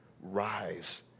rise